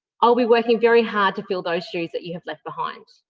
i will be working very hard to fill those shoes that you have left behind.